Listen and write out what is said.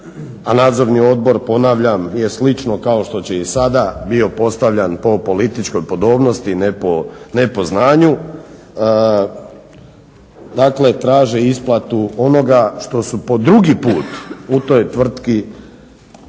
a nadzorni odbor ponavljam je slično kao što će i sada, bio postavljan po političkoj podobnosti, ne po znanju. Dakle traže isplatu onoga što su po drugi put u toj tvrtki